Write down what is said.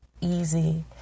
easy